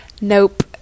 nope